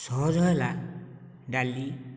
ସହଜ ହେଲା ଡାଲି